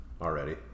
already